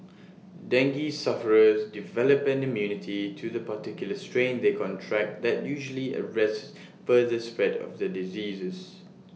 dengue sufferers develop an immunity to the particular strain they contract that usually arrests further spread of the diseases